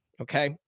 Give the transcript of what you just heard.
Okay